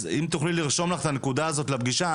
אז אם תוכלי לרשום לך את הנקודה הזאת לפגישה,